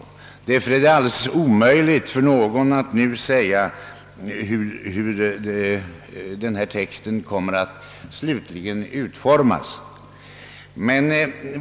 Därför är det alldeles omöjligt för någon att nu säga hur texten slutligen kommer att utformas.